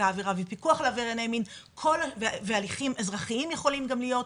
העבירה ופיקוח עליו בענייני מין והליכים אזרחיים יכולים גם להיות.